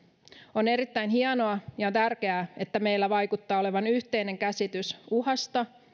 on erittäin hienoa ja on tärkeää että meillä vaikuttaa olevan yhteinen käsitys uhasta